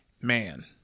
man